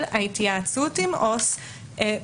ההתייעצות עם עובד סוציאלי,